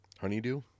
Honeydew